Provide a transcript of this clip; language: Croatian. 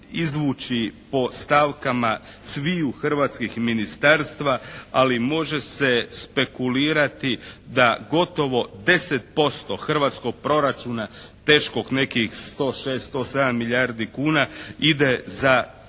izvući po stavkama sviju hrvatskih ministarstva ali može se spekulirati da gotovo 10% hrvatskog proračuna teškog nekih 106, 107 milijardi kuna ide za